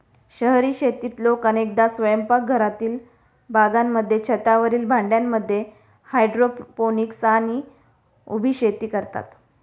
शहरी शेतीत लोक अनेकदा स्वयंपाकघरातील बागांमध्ये, छतावरील भांड्यांमध्ये हायड्रोपोनिक्स आणि उभी शेती करतात